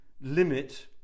limit